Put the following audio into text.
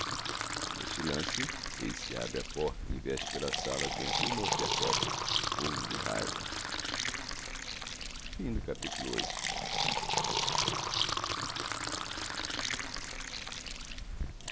n'este lance eis se abre a porta e investe pela sala dentro o mozgliakov fulvo de raiva ix